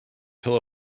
pillow